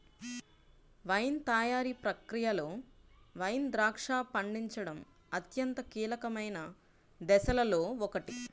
wine తయారీ ప్రక్రియలో wine ద్రాక్ష పండించడం అత్యంత కీలకమైన దశలలో ఒకటి